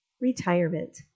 Retirement